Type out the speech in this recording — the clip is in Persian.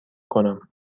کنم